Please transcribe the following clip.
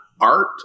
art